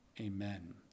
amen